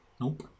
Nope